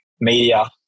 media